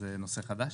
אז זה נושא חדש?